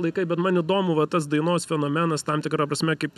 laikai man įdomu va tas dainos fenomenas tam tikra prasme kaip